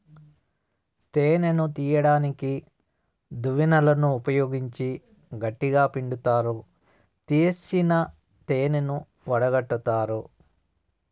తేనెను తీయడానికి దువ్వెనలను ఉపయోగించి గట్టిగ పిండుతారు, తీసిన తేనెను వడగట్టుతారు